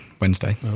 Wednesday